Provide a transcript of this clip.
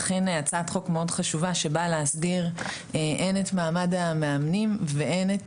אכן הצעת חוק מאוד חשובה שבאה להסדיר הן את מעמד המאמנים והן את